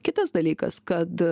kitas dalykas kad